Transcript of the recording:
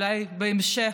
ואולי בהמשך,